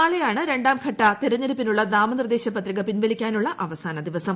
നാളെയാണ് രണ്ടാംഘട്ട തെരഞ്ഞെടുപ്പിനുള്ള നാമനിർദ്ദേശ പത്രിക പിൻവലിക്കാനുള്ള അവസാന ദിവസം